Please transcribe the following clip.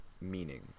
Meaning